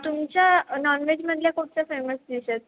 तुमच्या नॉनव्हेजमधल्या कुठच्या फेमस डिशेस